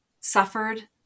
suffered